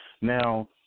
Now